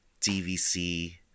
DVC